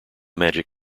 magic